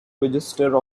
register